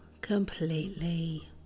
completely